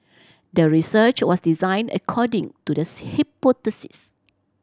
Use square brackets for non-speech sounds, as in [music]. the research was designed according to the [unintelligible] hypothesis